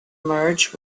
merged